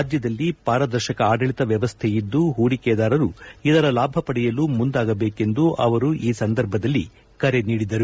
ರಾಜ್ಯದಲ್ಲಿ ಪಾರದರ್ಶಕ ಆಡಳಿತ ವ್ಯವಸ್ಥೆಯಿದ್ದು ಹೂಡಿಕೆದಾರರು ಇದರ ಲಾಭ ಪಡೆಯಲು ಮುಂದಾಗಬೇಕೆಂದು ಅವರು ಈ ಸಂದರ್ಭದಲ್ಲಿ ಕರೆ ನೀಡಿದರು